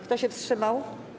Kto się wstrzymał?